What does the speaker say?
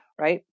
right